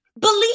believe